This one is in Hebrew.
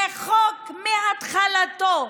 זה חוק, מהתחלתו,